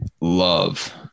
love